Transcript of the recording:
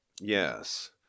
yes